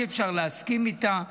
אי-אפשר להסכים איתה,